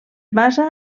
basa